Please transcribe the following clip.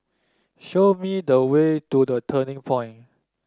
show me the way to The Turning Point